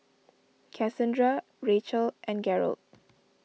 Casandra Rachel and Garold